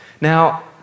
Now